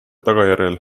tagajärjel